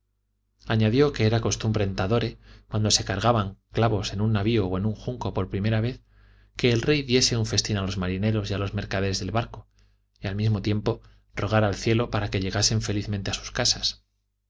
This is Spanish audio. añadió que era costumbre en tadore cuando se cargaban clavos en un navio o en un junco por primera vez que el rey diese un festín a los marineros y a los mercaderes del barco y al mismo tiempo rogar al cielo para que llegasen felizmente a sus casas